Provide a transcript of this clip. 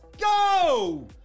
go